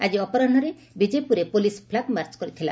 ଆଜି ଅପରାହ୍ନରେ ବିଜେପୁରରେ ପୋଲିସ ଫ୍ଲଗ ମାର୍ଚ୍ଚ କରିଥିଲା